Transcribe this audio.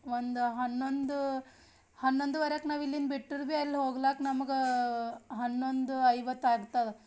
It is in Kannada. ಒಂದು ಹನ್ನೊಂದು ಹನ್ನೊಂದುವರೇಕ ನಾವು ಇಲ್ಲಿಂದ ಬಿಟ್ಟರು ಭೀ ಅಲ್ಲಿ ಹೋಗ್ಲಾಕ ನಮಗೆ ಹನ್ನೊಂದು ಐವತ್ತು ಆಗ್ತದೆ